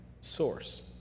source